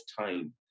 time